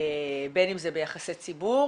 בין אם זה ביחסי ציבור,